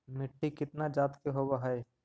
मिट्टी कितना जात के होब हय?